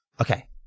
Okay